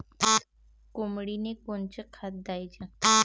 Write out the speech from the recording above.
कोंबडीले कोनच खाद्य द्याच?